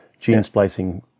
gene-splicing